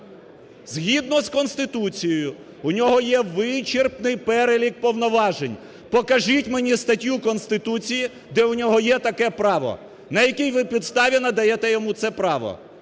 Згідно з Конституцією у нього є вичерпний перелік повноважень. Покажіть мені статтю Конституції, де у нього є таке право? На які ви підставі надаєте йому це право?